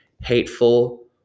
hateful